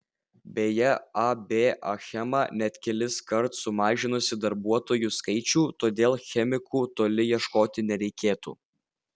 beje ab achema net keliskart sumažinusi darbuotojų skaičių todėl chemikų toli ieškoti nereikėtų